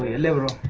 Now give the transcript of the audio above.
level